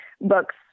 books